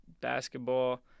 basketball